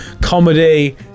Comedy